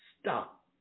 stop